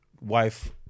wife